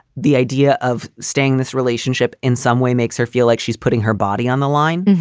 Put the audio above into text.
the idea of staying this relationship in some way makes her feel like she's putting her body on the line.